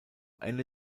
ende